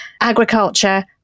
agriculture